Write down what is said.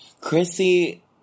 Chrissy